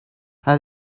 how